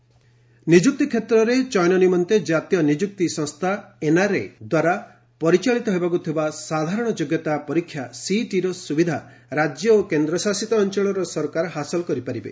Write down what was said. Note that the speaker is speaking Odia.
ଜିତେନ୍ଦ୍ର ସିଂ ଏନ୍ଆର୍ଏ ନିଯୁକ୍ତି କ୍ଷେତ୍ରରେ ଚୟନ ନିମନ୍ତେ ଜାତୀୟ ନିଯୁକ୍ତି ସଂସ୍ଥା ଏନ୍ଆର୍ଏ ଦ୍ୱାରା ପରିଚାଳିତ ହେବାକୁ ଥିବା ସାଧାରଣ ଯୋଗ୍ୟତା ପରୀକ୍ଷା ସିଇଟିର ସ୍ରବିଧା ରାଜ୍ୟ ଓ କେନ୍ଦ୍ରଶାସିତ ଅଞ୍ଚଳରେ ସରକାର ହାସଲ କରିପାରିବେ